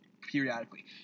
periodically